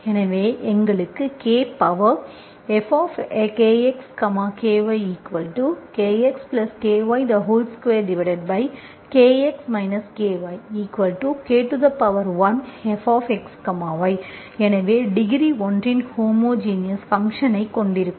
எனவே எங்களுக்கு K power 1 fKxKyKxKy2Kx Ky K1fxy எனவே டிகிரி ஒன்றின் ஹோமோஜினஸ் ஃபங்க்ஷன் ஐ கொண்டிருக்கும்